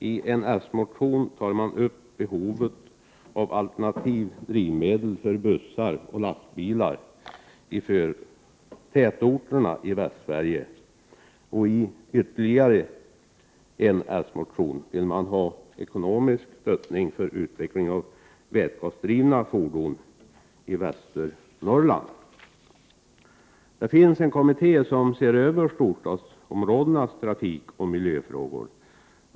I en socialdemokratisk motion för man fram behovet av alternativa drivmedel för bussar och lastbilar i tätorterna i Västsverige. I ytterligare en socialdemokratisk motion vill man ha ekonomiskt stöd för utveckling av vätgasdrivna fordon i Västernorrland. Det finns en kommitté som ser över storstadsområdenas miljöoch trafikfrågor.